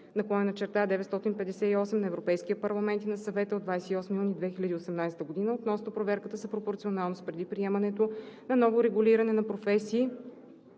(ЕС) 2018/958 на Европейския парламент и на Съвета от 28 юни 2018 година относно проверката за пропорционалност преди приемането на ново регулиране на професии